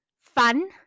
fun